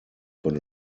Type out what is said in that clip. von